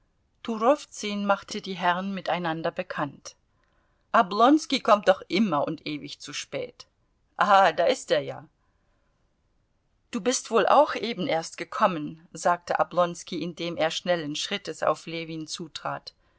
turowzün machte die herren miteinander bekannt oblonski kommt doch immer und ewig zu spät ah da ist er ja du bist wohl auch eben erst gekommen sagte oblonski indem er schnellen schrittes auf ljewin zutrat